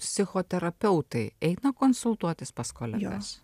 psichoterapeutai eina konsultuotis pas kolegas